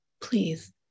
please